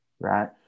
Right